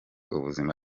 ubuzima